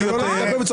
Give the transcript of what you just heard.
אמרתי את זה בקול ברור.